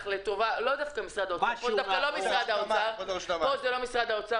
ולא רק משרד האוצר, פה זה לא משרד האוצר